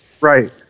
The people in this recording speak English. Right